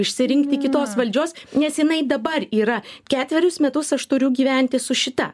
išsirinkti kitos valdžios nes jinai dabar yra ketverius metus aš turiu gyventi su šita